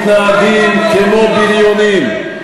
בכנסת לא מתנהגים כמו בריונים,